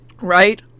Right